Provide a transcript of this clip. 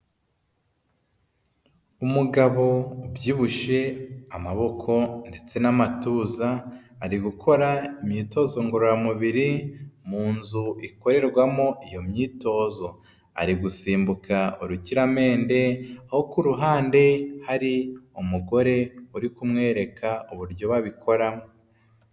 Umugabo ubyibushye amaboko ndetse n'amatuza, ari gukora imyitozo ngororamubiri mu nzu ikorerwamo iyo myitozo. Ari gusimbuka urukiramende aho ku ruhande hari umugore uri kumwereka uburyo babikoramo.